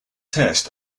test